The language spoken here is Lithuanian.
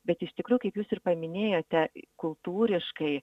bet iš tikrųjų kaip jūs ir paminėjote kultūriškai